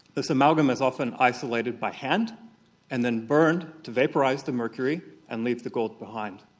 this amalgam is often isolated by hand and then burned to vaporise the mercury and leave the gold behind.